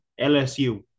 LSU